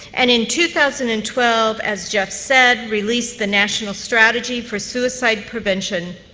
and, in two thousand and twelve, as jeff said, released the national strategy for suicide prevention,